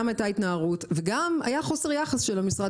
גם הייתה התנערות וגם היה חוסר יחס של המשרד